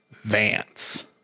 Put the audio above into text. Vance